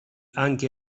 anche